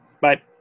Bye